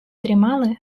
дрімали